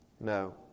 No